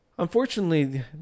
Unfortunately